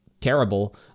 terrible